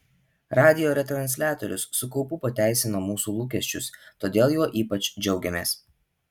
radijo retransliatorius su kaupu pateisino mūsų lūkesčius todėl juo ypač džiaugiamės